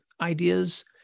ideas